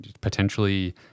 potentially